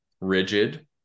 rigid